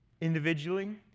individually